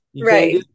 Right